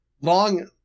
long